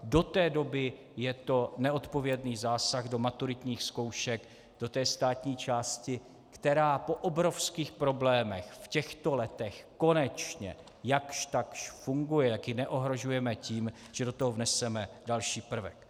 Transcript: Do té doby je to neodpovědný zásah do maturitních zkoušek, do té státní části, která po obrovských problémech v těchto letech konečně jakž takž funguje, jak ji neohrožujeme tím, že do toho vneseme další prvek.